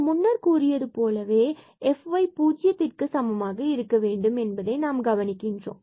இது முன்னே கூறியது போலவே fy பூஜ்ஜித்திற்கு சமமானதாக இருக்க வேண்டும் என்பதை நாம் கவனிக்கிறோம்